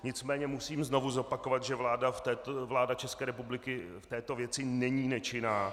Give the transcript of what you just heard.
Nicméně musím znovu zopakovat, že vláda České republiky v této věci není nečinná.